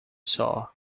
saw